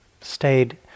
stayed